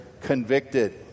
convicted